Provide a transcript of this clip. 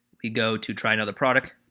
we go to try another product